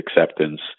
acceptance